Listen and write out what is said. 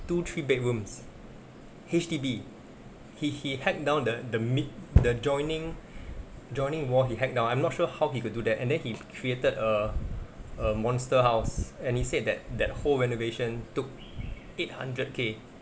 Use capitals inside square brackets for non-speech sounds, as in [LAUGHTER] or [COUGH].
two three bedrooms H_D_B he he hacked down the the mid the joining [BREATH] joining wall he hacked down I'm not sure how he could do that and then he created a a monster house and he said that that whole renovation took eight hundred K